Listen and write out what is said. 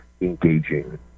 engaging